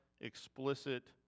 explicit